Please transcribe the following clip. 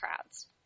crowds